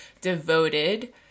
devoted